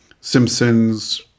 Simpsons